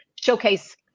showcase